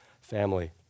family